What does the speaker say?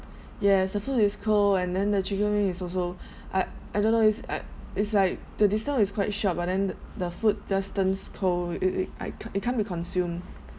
yes the food is cold and then the chicken wing is also I I don't know it's I it's like the distance is quite short but then the the food just turns cold it it I it can't be consumed